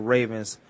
Ravens